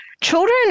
children